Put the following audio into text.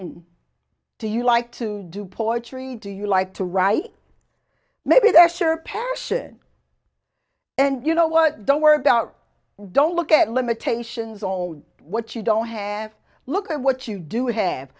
in do you like to do poetry do you like to write maybe that's your passion and you know what don't work out don't look at limitations on what you don't have look at what you do have